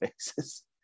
faces